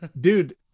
Dude